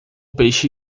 peixe